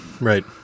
Right